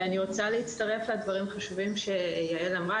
אני רוצה להצטרף לדברים החשובים שיעל אמרה,